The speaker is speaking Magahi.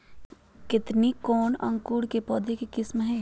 केतकी कौन अंकुर के पौधे का किस्म है?